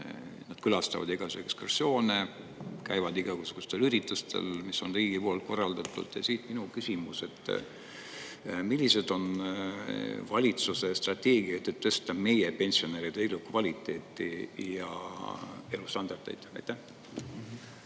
nad külastavad igasugu ekskursioone, käivad igasugustel üritustel, mis on riigi poolt korraldatud. Siit minu küsimus: millised on valitsuse strateegiad, et tõsta meie pensionäride elukvaliteeti ja elustandardeid?